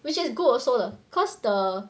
which is good also leh cause the